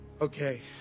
Okay